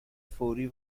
فوری